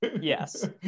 Yes